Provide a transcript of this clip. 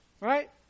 Right